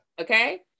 Okay